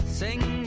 Sing